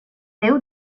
féu